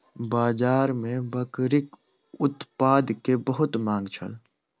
बाजार में बकरीक उत्पाद के बहुत मांग छल